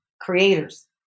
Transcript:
creators